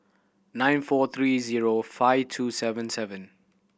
nine four three zero five two seven seven